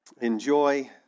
enjoy